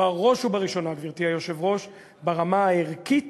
ובראש ובראשונה, גברתי היושבת-ראש, ברמה הערכית